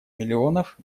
миллионов